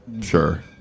sure